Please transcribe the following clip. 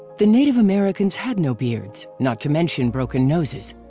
the native americans had no beards, not to mention broken noses.